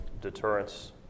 deterrence